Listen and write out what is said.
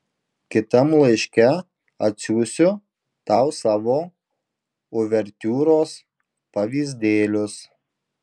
kitam laiške atsiųsiu tau savo uvertiūros pavyzdėlius